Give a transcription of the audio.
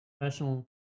professional